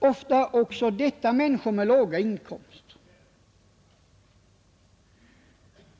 Ofta är också detta människor med låga inkomster.